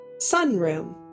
sunroom